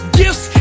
gifts